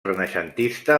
renaixentista